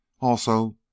Also